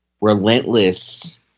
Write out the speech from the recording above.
relentless